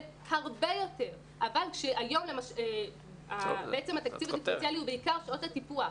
הרבה יותר אבל התקציב הזה הוא בעיקר לשעות הטיפוח.